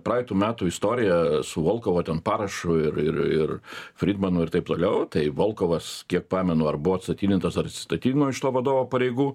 praeitų metų istoriją su volkovo ten parašu ir ir ir frydmanu ir taip toliau tai volkovas kiek pamenu ar buvo atstatydintas ar atsistatydino iš to vadovo pareigų